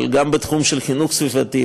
אבל גם בתחום של חינוך סביבתי,